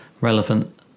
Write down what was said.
relevant